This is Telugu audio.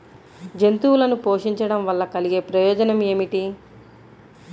జంతువులను పోషించడం వల్ల కలిగే ప్రయోజనం ఏమిటీ?